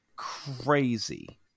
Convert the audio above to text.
crazy